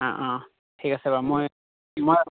অঁ অঁ ঠিক আছে বাৰু মই মই